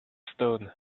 stone